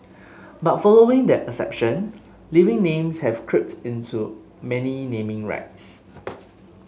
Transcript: but following that exception living names have crept into many naming rights